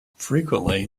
frequently